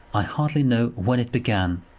i hardly know when it began,